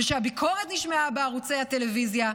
וכשהביקורת נשמעה בערוצי הטלוויזיה,